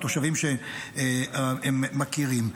מהתושבים שהם מכירים.